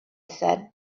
said